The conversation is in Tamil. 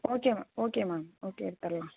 ஓகேம்மா ஓகேம்மா ஓகே எடுத்துடலாம்